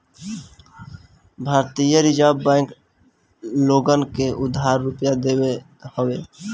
भारतीय reserve bank लोगन के उधार रुपिया देत हवे